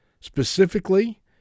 Specifically